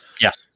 Yes